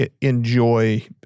enjoy